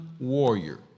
warrior